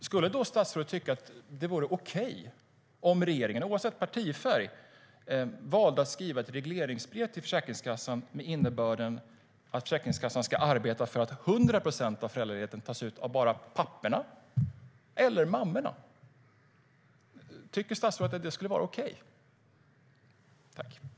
Skulle statsrådet då tycka att det vore okej om regeringen, oavsett partifärg, valde att skriva ett regleringsbrev till Försäkringskassan med innebörden att Försäkringskassan ska arbeta för att 100 procent av föräldraledigheten ska tas ut av bara papporna eller bara mammorna? Tycker statsrådet att det skulle vara okej?